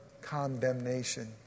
condemnation